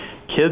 kids